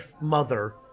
mother